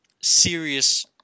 serious